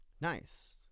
Nice